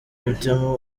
gutema